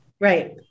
right